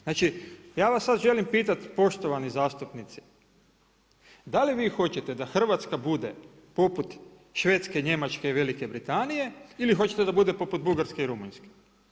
Znači ja vas sada želim pitati poštovani zastupnici, da li vi hoćete da Hrvatska bude poput Švedske, Njemačke i Velike Britanije ili hoćete da bude poput Bugarske i Rumunjske?